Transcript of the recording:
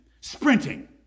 Sprinting